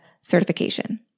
Certification